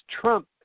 Trump